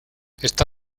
está